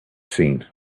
seen